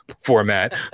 format